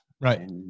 Right